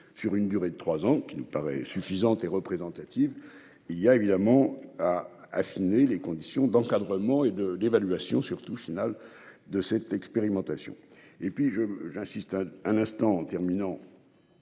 sur une durée de 3 ans qui nous paraît suffisante et représentative. Il y a évidemment ah affiner les conditions d'encadrement et de d'évaluation surtout final de cette expérimentation et puis je j'insiste un instant en terminant.